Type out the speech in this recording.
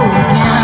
again